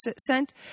sent